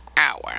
hour